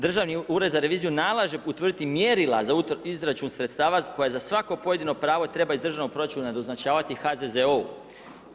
Državni ured za reviziju nalaže utvrditi mjerila za izračun sredstava koja za svako pojedino pravo treba iz državnog proračuna doznačavati HZZO-u.